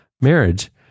marriage